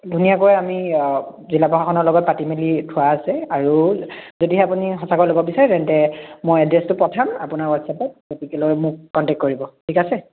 ধুনীয়াকৈ আমি জিলা প্ৰশাসনৰ লগত পাতি মেলি থোৱা আছে আৰু যদিহে আপুনি সঁচাকৈ ল'ব বিছাৰে তেন্তে মই এড্ৰেছটো পঠাম আপোনাৰ হোৱাটচ্এপত গতিকে লৈ মোক কনটেক্ট কৰিব ঠিক আছে